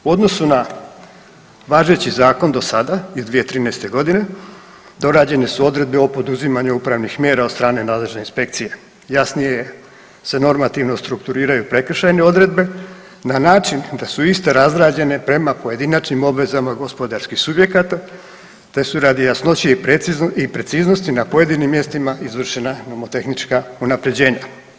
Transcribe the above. U odnosu na važeći zakon do sada iz 2013. godine dorađene su odredbe o poduzimanju upravnih mjera od strane nadležne inspekcije, jasnije se normativno strukturiraju prekršajne odredbe, na način da su iste razrađene prema pojedinačnim obvezama gospodarski subjekata te su radi jasnoće i preciznosti na pojedinim mjestima izvršena nomotehnička unapređenja.